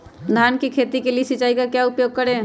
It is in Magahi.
धान की खेती के लिए सिंचाई का क्या उपयोग करें?